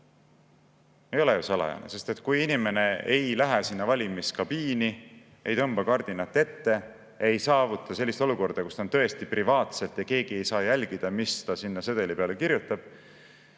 Ei ole salajane! Kui inimene ei lähe valimiskabiini, ei tõmba kardinat ette, ei saavuta olukorda, kus ta on tõesti privaatselt ja keegi ei saa jälgida, mis ta sinna sedeli peale kirjutab,